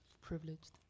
Privileged